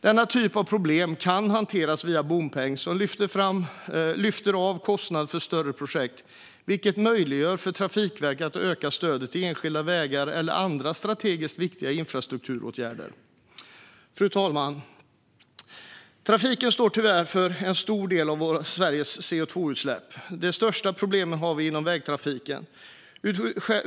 Denna typ av problem kan hanteras via bompeng som lyfter av kostnad för större projekt. Det möjliggör för Trafikverket att öka stödet till enskilda vägar eller andra strategiskt viktiga infrastrukturåtgärder. Fru talman! Trafiken står tyvärr för en stor del av Sveriges CO2-utsläpp. De största problemen har vi inom vägtrafiken.